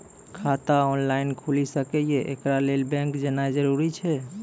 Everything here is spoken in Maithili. खाता ऑनलाइन खूलि सकै यै? एकरा लेल बैंक जेनाय जरूरी एछि?